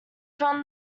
from